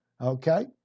okay